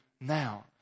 now